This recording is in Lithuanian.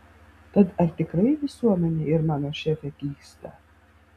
tad ar tikrai visuomenė ir mano šefė klysta